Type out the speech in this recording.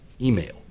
Email